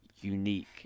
unique